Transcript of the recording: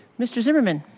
mr. zimmerman.